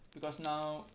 because now